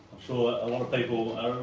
sure a lot of people,